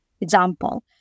example